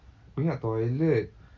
aku ingat toilet